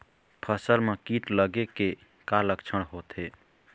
फसल म कीट लगे के का लक्षण होथे?